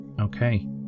Okay